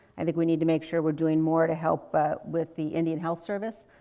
i think we need to make sure we're doing more to help with the indian health service.